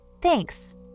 Thanks